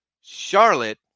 Charlotte